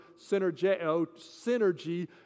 synergy